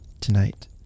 tonight